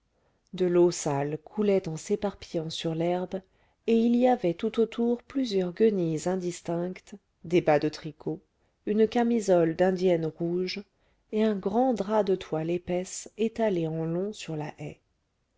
de l'eau sale coulait en s'éparpillant sur l'herbe et il y avait tout autour plusieurs guenilles indistinctes des bas de tricot une camisole d'indienne rouge et un grand drap de toile épaisse étalé en long sur la haie